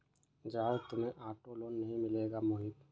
जाओ, तुम्हें auto loan नहीं मिलेगा मोहित